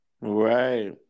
right